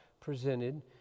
presented